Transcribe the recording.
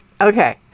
Okay